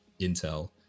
intel